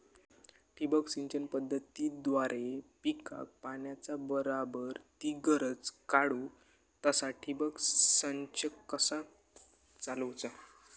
ठिबक सिंचन पद्धतीद्वारे पिकाक पाण्याचा बराबर ती गरज काडूक तसा ठिबक संच कसा चालवुचा?